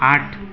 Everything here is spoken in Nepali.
आठ